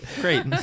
Great